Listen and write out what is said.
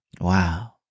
Wow